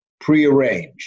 prearranged